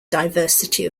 diversity